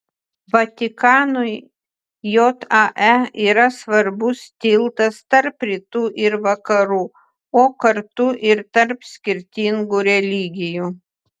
vatikanui jae yra svarbus tiltas tarp rytų ir vakarų o kartu ir tarp skirtingų religijų